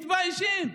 מתביישים.